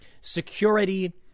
security